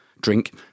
drink